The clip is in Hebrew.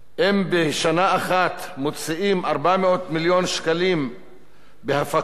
אם בשנה אחת מוציאים 400 מיליון שקלים להפקות,